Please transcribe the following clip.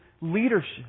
leadership